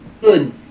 good